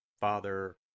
Father